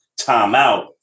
timeout